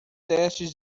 testes